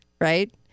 Right